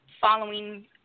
following